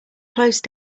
close